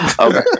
Okay